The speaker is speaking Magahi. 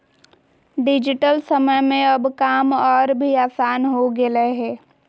डिजिटल समय में अब काम और भी आसान हो गेलय हें